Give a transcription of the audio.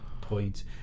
point